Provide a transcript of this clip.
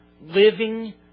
living